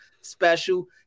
special